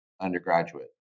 undergraduate